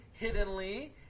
hiddenly